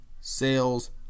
sales